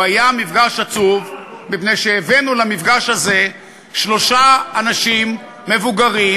הוא היה מפגש עצוב מפני שהבאנו למפגש הזה שלושה אנשים מבוגרים,